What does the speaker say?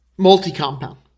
multi-compound